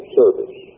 service